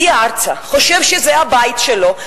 הגיע ארצה, חושב שזה הבית שלו.